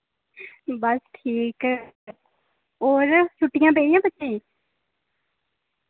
बस ठीक और छुट्टियां पेइयां बच्चेंई